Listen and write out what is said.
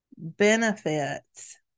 benefits